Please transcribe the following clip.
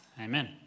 Amen